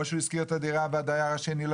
או שהוא השכיר את הדירה והדייר השני לא